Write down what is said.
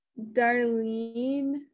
Darlene